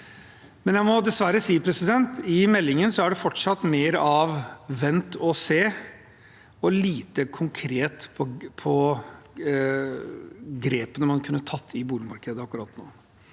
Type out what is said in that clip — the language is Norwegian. dag. Jeg må dessverre si at det i meldingen fortsatt er mer av «vente og se» og lite konkret om grepene man kunne tatt i boligmarkedet akkurat nå.